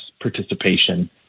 participation